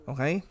Okay